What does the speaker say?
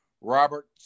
Robert